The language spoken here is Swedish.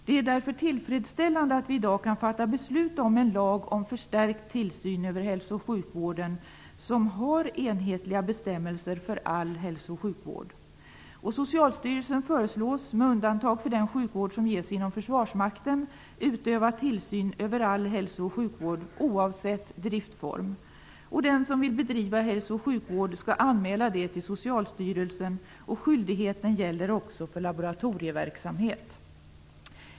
Det är därför tillfredsställande att vi i dag kan fatta beslut om en lag om förstärkt tillsyn över hälso och sjukvården som har enhetliga bestämmelser för all hälso och sjukvård. Socialstyrelsen föreslås, med undantag för den sjukvård som ges inom Försvarsmakten, utöva tillsyn över all hälso och sjukvård oavsett driftform. Den som vill bedriva hälso och sjukvård skall anmäla detta till Socialstyrelsen, och den skyldigheten gäller också för laboratorieverksamhet.